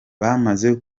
bamaze